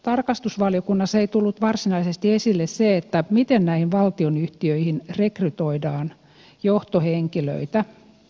tarkastusvaliokunnassa ei tullut varsinaisesti esille se miten näihin valtionyhtiöihin rekrytoidaan johtohenkilöitä